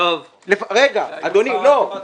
אדוני, תקשיב.